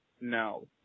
No